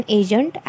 agent